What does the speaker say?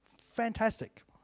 Fantastic